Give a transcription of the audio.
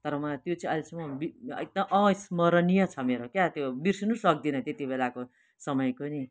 तर मलाई त्यो चाहिँ अहिलेसम्म बि एकदम अवस्मरणीय छ मेरो क्या त्यो बिर्सिनु सक्दिनँ त्यति बेलाको समयको नि